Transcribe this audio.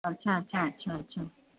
अच्छा अच्छा अच्छा